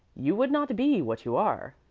you would not be what you are.